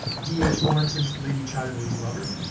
dh lawrence's lady chatterley's lover,